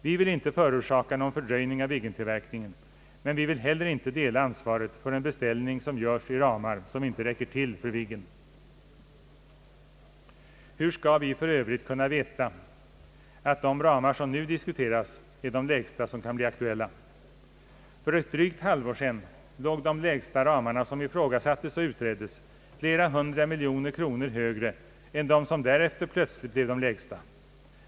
Vi vill inte förorsaka någon fördröjning av Viggentillverkningen men vi vill inte heller dela ansvaret för en beställning som görs i ramar som inte räcker till för Viggen. Hur skall vi för övrigt kunna veta att de ramar som nu disktueras är de lägsta som kan bli aktuella? För ett drygt halvår sedan låg de lägsta ramar som ifrågasattes och utreddes flera hundra miljoner kronor högre än de som därefter plötsligt blev de lägsta.